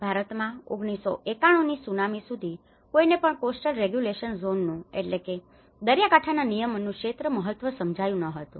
ભારતમાં 1991ની ત્સુનામી સુધી કોઈને પણ કોસ્ટલ રેગ્યુલેશન ઝોનનું coastal regulation zone દરિયાકાંઠાના નિયમન ક્ષેત્ર મહત્વ સમજાયું ન હતું